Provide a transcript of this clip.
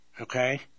Okay